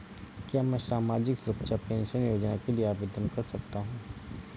क्या मैं सामाजिक सुरक्षा पेंशन योजना के लिए आवेदन कर सकता हूँ?